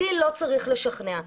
אותי לא צריך לשכנע.